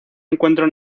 encuentro